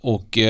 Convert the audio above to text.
Och